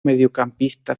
mediocampista